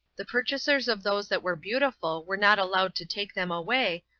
the purchasers of those that were beautiful were not allowed to take them away,